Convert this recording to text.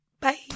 Bye